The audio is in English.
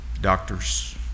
doctors